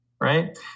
Right